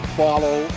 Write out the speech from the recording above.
follow